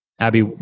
Abby